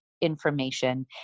information